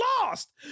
lost